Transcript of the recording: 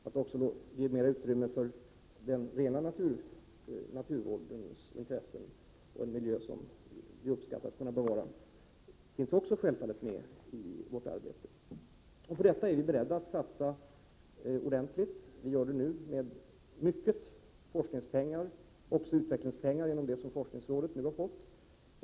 Det kan nu bli mer utrymme för den rena naturvårdens intresseen, så att vi kan bevara en uppskattad miljö. Den synpunkten finns självfallet med i vårt arbete. För detta är vi beredda att satsa ordentligt. Vi gör det nu med mycket forskningspengar och utvecklingspengar — genom det som forskningsrådet nu har fått.